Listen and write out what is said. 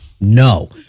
No